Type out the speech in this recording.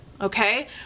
okay